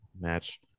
match